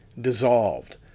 dissolved